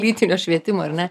lytinio švietimo ir ne